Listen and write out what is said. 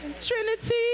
Trinity